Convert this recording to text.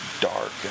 dark